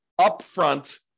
upfront